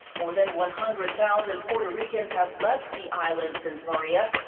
more than one hundred thousand period ricans have left the island since maria.